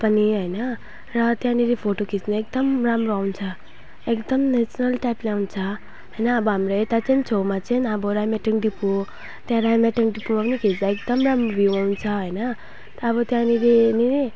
पनि हैन र त्यहाँनेरि फोटो खिच्न एकदम राम्रो आउँछ एकदम नेचरल टाइपले आउँछ हैन अब हाम्रो यता चाहिँ छेउमा चाहिँ अब राइमाटिङ डिपु हो त्यहाँ राइमाटिङ डिपुमा पनि खिच्दा एकदम राम्रो भिउ आउँछ हैन त अब त्यहाँनेरि निरी